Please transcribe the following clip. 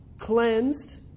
Cleansed